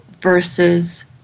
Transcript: versus